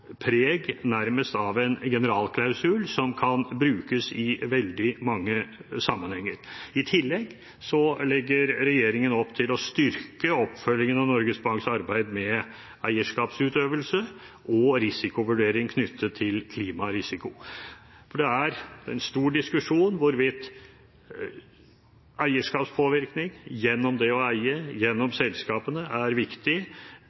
preg nærmest av en generalklausul som kan brukes i veldig mange sammenhenger. I tillegg legger regjeringen opp til å styrke oppfølgingen av Norges Banks arbeid med eierskapsutøvelse og risikovurdering knyttet til klimarisiko, for det er en stor diskusjon hvorvidt eierskapspåvirkning gjennom det å eie gjennom selskapene, er viktig